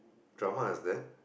drama has that